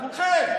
מספיק.